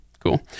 Cool